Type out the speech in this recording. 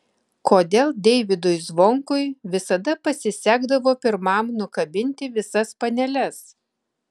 kodėl deivydui zvonkui visada pasisekdavo pirmam nukabinti visas paneles